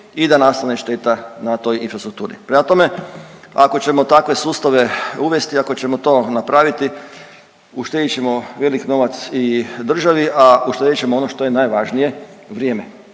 i da nastane šteta na toj infrastrukturi. Prema tome, ako ćemo to napraviti uštedit ćemo velik novac i državi, a uštedit ćemo ono što je najvažnije vrijeme